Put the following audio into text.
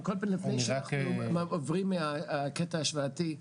רק קודם לפני שאנחנו עוברים מהקטע ההשוואתי,